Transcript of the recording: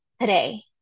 today